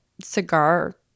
cigar